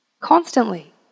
constantly